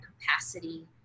capacity